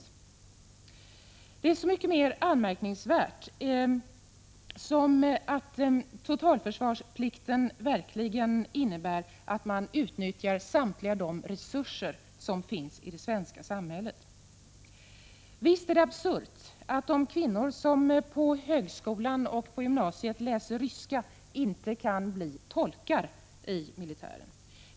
Det är så mycket mer anmärkningsvärt som totalförsvarsplikten verkligen innebär att man utnyttjar samtliga de resurser som finns i det svenska samhället. Visst är det absurt att de kvinnor som på högskolan och gymnasiet läser ryska inte kan bli tolkar i militären.